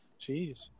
Jeez